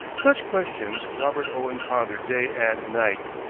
such questions robert owen pondered day and night,